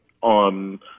on